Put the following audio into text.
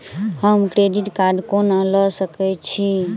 हम credit card कोना लऽ सकै छी?